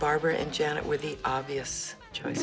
barbara and janet with the obvious choice